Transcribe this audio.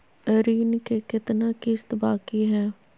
ऋण के कितना किस्त बाकी है?